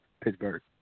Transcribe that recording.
Pittsburgh